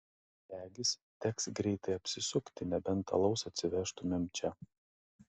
regis teks greitai apsisukti nebent alaus atsivežtumėm čia